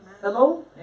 Hello